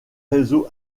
réseau